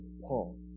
Paul